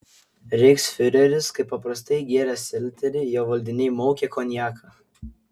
reichsfiureris kaip paprastai gėrė selterį jo valdiniai maukė konjaką